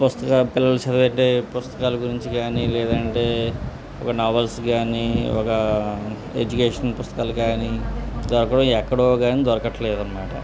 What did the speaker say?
పుస్తక పిల్లలు చదివే పుస్తకాల గురించి కానీ లేదంటే ఒక నావల్స్ కానీ ఒక ఎడ్యుకేషన్ పుస్తకాలు కానీ దగ్గరో ఎక్కడో కానీ దొరకట్లేదు అన్నమాట